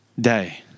day